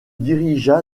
dirigea